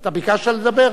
אתה ביקשת לדבר?